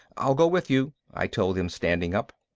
i'll go with you, i told them, standing up.